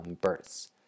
births